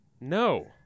No